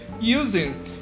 using